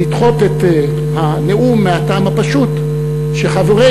לדחות את הנאום מהטעם הפשוט שחברנו,